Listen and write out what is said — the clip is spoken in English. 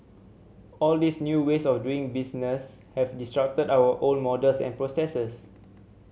all these new ways of doing business have disrupted our old models and processes